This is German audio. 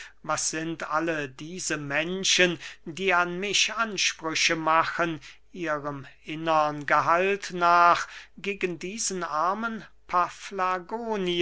was sind alle diese menschen die an mich ansprüche machen ihrem innern gehalt nach gegen diesen armen